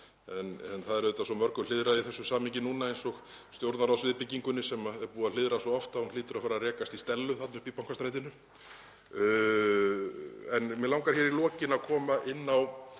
en það er auðvitað svo mörgu hliðrað í þessu samhengi núna eins og Stjórnarráðsviðbyggingunni sem er búið að hliðra svo oft að hún hlýtur að fara að rekast í Stellu þarna uppi í Bankastrætinu. En mig langar í lokin að koma inn á